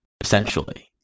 essentially